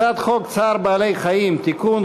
הצעת חוק צער בעלי-חיים (תיקון,